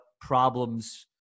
problems –